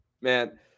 man